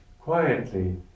quietly